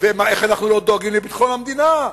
ואיך אנחנו לא דואגים לביטחון המדינה.